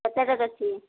କେତେ ରେଟ୍ ଅଛି